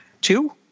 two